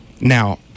Now